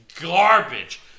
garbage